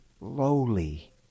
lowly